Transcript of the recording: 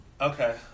Okay